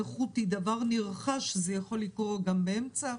נכות היא דבר נרכש, זה יכול לקרות גם באמצע החיים,